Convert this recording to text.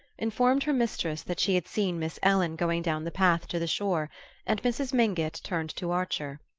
informed her mistress that she had seen miss ellen going down the path to the shore and mrs. mingott turned to archer.